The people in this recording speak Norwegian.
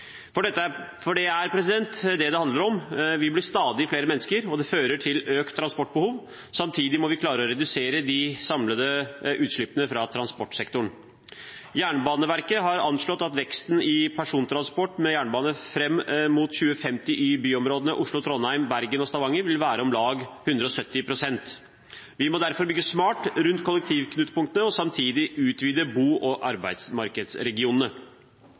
For dette er det det handler om. Vi blir stadig flere mennesker, og det fører til økt transportbehov. Samtidig må vi klare å redusere de samlede utslippene fra transportsektoren. Jernbaneverket har anslått at veksten i persontransport med jernbane fram mot 2050 i byområdene Oslo, Trondheim, Bergen og Stavanger vil være om lag 170 pst. Vi må derfor bygge smart rundt kollektivknutepunktene og samtidig utvide bo- og arbeidsmarkedsregionene.